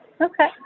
okay